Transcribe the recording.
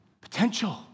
Potential